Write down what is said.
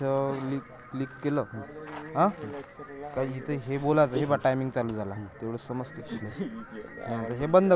हवामान खात्याचा अंदाज कोनच्या ॲपवरुन मिळवता येईन?